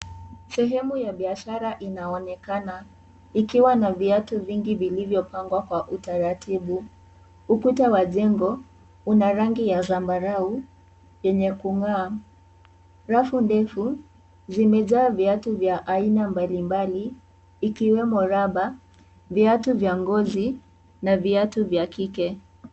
Sehemu ya biashara inaonekana ikiwa na viatu vingi vilivyo pangwa kwa utaratibu ukuta wa jengo una rangi ya sambarau yenye kungaa rafu ndefu zimejaa viatu vya aina mbalimbali ikiwemo raba ,viatu vya ngozi na viatu vya kike.